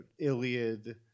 Iliad